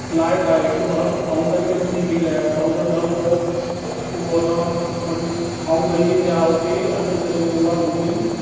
लाइक़ु आहे उनखां पोइ फाउंटेन ते अची वेही रहियासीं फाउंटेन खां पोइ असां वरी खाउ गली आहे हुते अमृतसर में उहा घुमी